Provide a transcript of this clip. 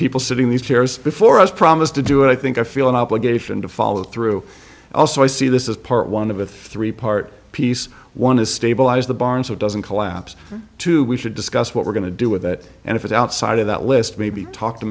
people sitting these chairs before us promise to do it i think i feel an obligation to follow through also i see this is part one of a three part piece one is stabilize the barn so it doesn't collapse too we should discuss what we're going to do with it and if it's outside of that list maybe talk to